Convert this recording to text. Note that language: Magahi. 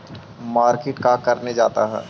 मार्किट का करने जाते हैं?